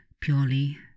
purely